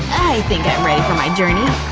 think i'm ready for my journey.